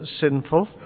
sinful